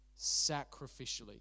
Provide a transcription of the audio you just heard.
sacrificially